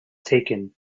taken